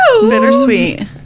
Bittersweet